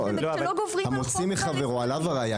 המוציא מחברו עליו הראיה.